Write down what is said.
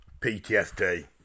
PTSD